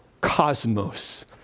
cosmos